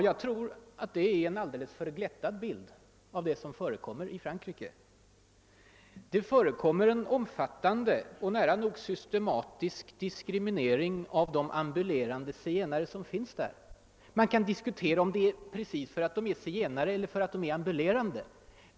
Jag tror att det är en alldeles för glättad bild av situationen i Frankrike. Det förekommer en omfattande och nära nog systematisk diskriminering av de ambulerande zigenare som finns där. Man kan diskutera om diskrimineringen beror på att de är zigenare eller på ati de är ambulerande.